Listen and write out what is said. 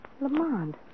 Lamont